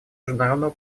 международного